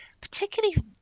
particularly